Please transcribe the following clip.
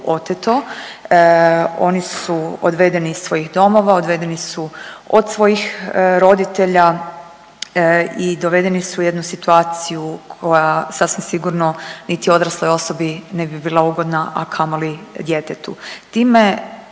oteto, oni su odvedeni iz svojih domova, odvedeni su od svojih roditelja i dovedeni su u jednu situaciju koja sasvim sigurno niti odrasloj osobi ne bi bila ugodna, a kamoli djetetu. Time